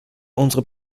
unsere